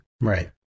Right